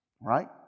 Right